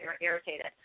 irritated